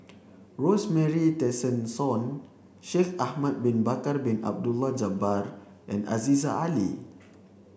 Rosemary Tessensohn Shaikh Ahmad Bin Bakar Bin Abdullah Jabbar and Aziza Ali